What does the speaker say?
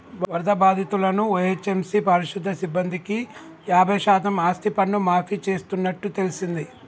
వరద బాధితులను ఓ.హెచ్.ఎం.సి పారిశుద్య సిబ్బందికి యాబై శాతం ఆస్తిపన్ను మాఫీ చేస్తున్నట్టు తెల్సింది